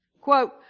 Quote